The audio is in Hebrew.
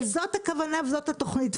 אבל זאת הכוונה וזאת התכנית.